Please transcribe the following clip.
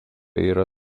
yra